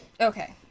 okay